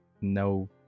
no